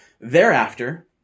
Thereafter